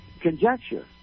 conjecture